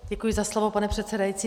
Děkuji za slovo, pane předsedající.